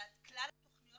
וכלל התכניות